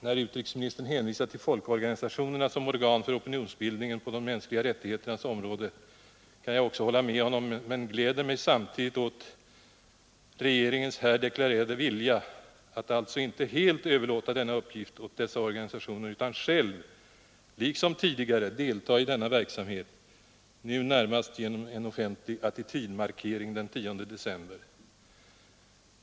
När utrikesministern hänvisar till folkorganisationerna som organ för opinionsbildningen på de mänskliga rättigheternas område kan jag också hålla med honom men gläder mig samtidigt åt regeringens här deklarerade vilja att alltså inte helt överlåta denna uppgift åt dessa organisationer utan själv liksom tidigare delta i denna verksamhet, nu närmast genom en offentlig attitydmarkering den 10 december.